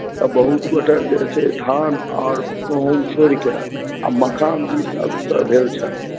तऽ बहुत गोटे जे छै धान आओर गहूम छोड़िके आ मखान दिश अग्रसर भेल छथि